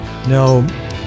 No